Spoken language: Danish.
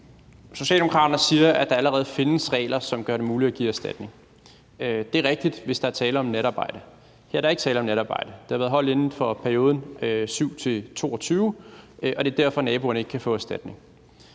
Socialdemokraterne siger, at der allerede findes regler, som gør det muligt at give erstatning. Det er rigtigt, hvis der er tale om natarbejde. Her er der ikke tale om natarbejde. Det har været holdt inden for tidsrummet kl. 7.00-22.00, og det er derfor, naboerne ikke kan få erstatning.